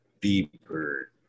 deeper